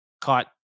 caught